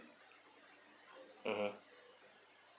mmhmm